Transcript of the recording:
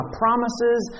promises